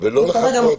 -- בסדר גמור.